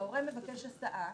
ההורה מבקש הסעה.